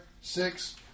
six